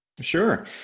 Sure